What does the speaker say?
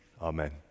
Amen